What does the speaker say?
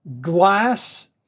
Glass